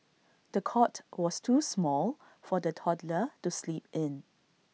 the cot was too small for the toddler to sleep in